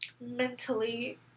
Mentally